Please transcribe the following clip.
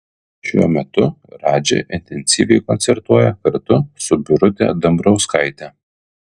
šiuo metu radži intensyviai koncertuoja kartu su birute dambrauskaite